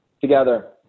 together